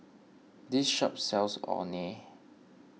this shop sells Orh Nee